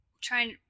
trying